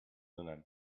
einem